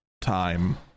time